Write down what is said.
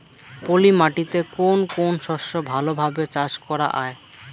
পলি মাটিতে কোন কোন শস্য ভালোভাবে চাষ করা য়ায়?